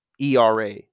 ERA